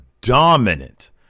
dominant